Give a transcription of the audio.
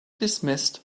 dismissed